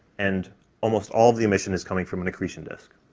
and almost all the emission is coming from an accretion disk.